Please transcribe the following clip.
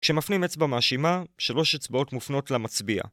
‫כשמפנים אצבע מאשימה, ‫שלוש אצבעות מופנות למצביע.